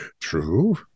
True